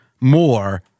more